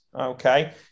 okay